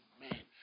Amen